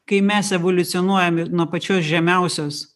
kai mes evoliucionuojame nuo pačios žemiausios